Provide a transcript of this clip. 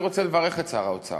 אני רוצה לברך את שר האוצר.